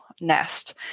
nest